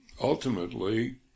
ultimately